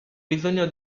bisogno